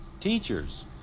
Teachers